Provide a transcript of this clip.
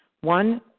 one